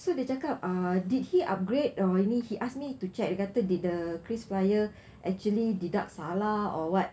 so dia cakap uh did he upgrade or any he asked me to check dia kata bila krisflyer actually deduct salah or what